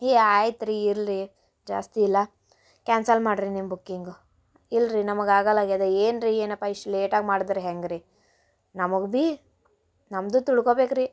ಈ ಆಯ್ತ್ರೀ ಇಲ್ರಿ ಜಾಸ್ತಿಯಿಲ್ಲ ಕ್ಯಾನ್ಸಲ್ ಮಾಡ್ರಿ ನಿಮ್ಮ ಬುಕ್ಕಿಂಗು ಇಲ್ರಿ ನಮಗೆ ಆಗಲ್ಲ ಆಗ್ಯದ ಏನ್ರೀ ಏನಪ್ಪ ಇಷ್ಟು ಲೇಟಾಗಿ ಮಾಡಿದ್ರ ಹೆಂಗ್ರೀ ನಮಗೆ ಬಿ ನಮ್ಮದು ತಿಳ್ಕೊಬೇಕ್ರೀ